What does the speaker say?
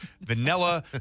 vanilla